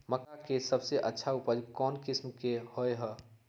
मक्का के सबसे अच्छा उपज कौन किस्म के होअ ह?